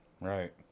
Right